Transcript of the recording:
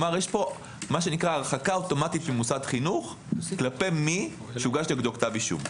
יש פה הרחקה אוטומטית ממוסד חינוך כלפי מי שהוגש נגדו כתב אישום.